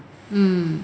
mm